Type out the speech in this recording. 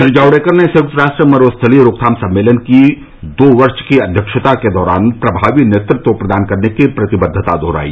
श्री जावडेकर ने संयुक्त राष्ट्र मरूस्थलीकरण रोकथाम सम्मेलन की दो वर्ष की अध्यक्षता के दौरान प्रभावी नेतृत्व प्रदान करने की प्रतिबद्वता दोहराई